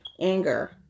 anger